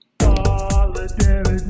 Solidarity